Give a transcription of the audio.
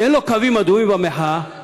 שאין לו קווים אדומים במחאה, הוא